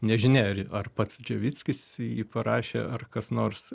nežinia ar pats čevickis jį parašė ar kas nors